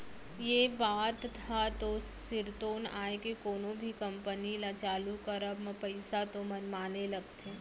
ये बात ह तो सिरतोन आय के कोनो भी कंपनी ल चालू करब म पइसा तो मनमाने लगथे